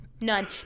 None